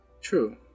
True